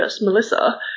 Melissa